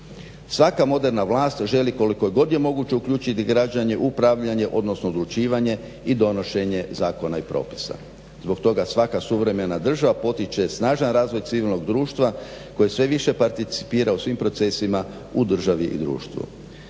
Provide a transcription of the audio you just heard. Svaka moderna vlast želi koliko god je moguće uključit građane u upravljanje, odnosno odlučivanje i donošenje zakona i propisa. Zbog toga svaka suvremena država potiče snažan razvoj civilnog društva koje sve više participira u svim procesima u državi i društvu.